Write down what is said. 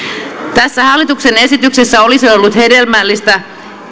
tässä hallituksen esityksessä olisi ollut hedelmällistä